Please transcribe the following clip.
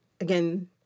again